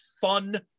fun